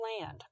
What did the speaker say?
land